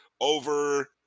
over